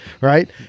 right